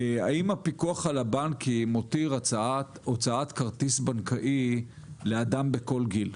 האם הפיקוח על הבנקים מתיר הוצאת כרטיס בנקאי לאדם בכל גיל?